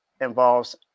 involves